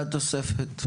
והתוספת.